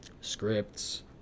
scripts